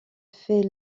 fait